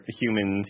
human